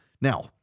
Now